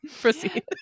Proceed